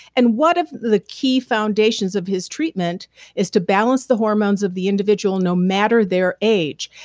and one of the key foundations of his treatment is to balance the hormones of the individual no matter their age.